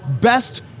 best